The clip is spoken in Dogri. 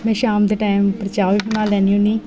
में शामीं दे टैंम उप्पर चाऽ बी बनाई लैन्नी होन्नी